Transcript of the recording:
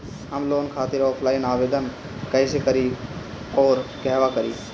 हम लोन खातिर ऑफलाइन आवेदन कइसे करि अउर कहवा करी?